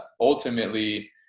ultimately